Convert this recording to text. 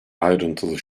ayrıntılı